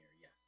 yes